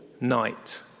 night